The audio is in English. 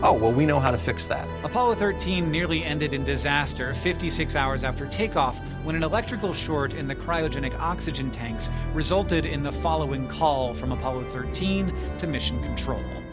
oh, well, we know how to fix that. hank apollo thirteen nearly ended in disaster fifty six hours after takeoff when an electrical short in the cryogenic oxygen tanks resulted in the following call from apollo thirteen to mission control.